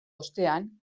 ostean